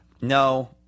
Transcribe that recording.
No